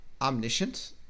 omniscient